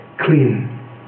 clean